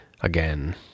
again